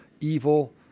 evil